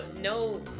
no